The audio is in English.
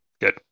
Good